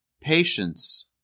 patience